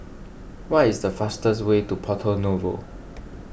what is the fastest way to Porto Novo